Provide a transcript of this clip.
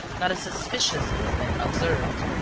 not a suspicious movement observed.